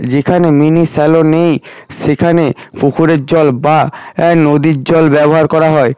যেখানে mini shallow নেই সেখানে পুকুরের জল বা নদীর জল ব্যবহার করা হয়